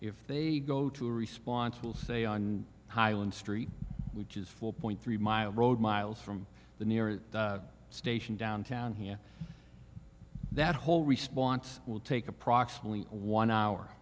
if they go to a response will say on highland street which is four point three mile road miles from the nearest station downtown here that whole response will take approximately one hour